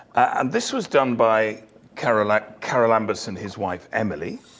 and this was done by charalambos charalambos and his wife, emily.